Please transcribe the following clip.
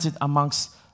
amongst